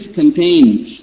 contains